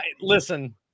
listen